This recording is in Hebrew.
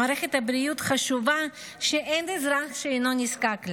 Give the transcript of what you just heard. מערכת בריאות חשובה שאין אזרח שאינו נזקק לה.